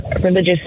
religious